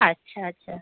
আচ্ছা আচ্ছা